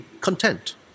content